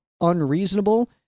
unreasonable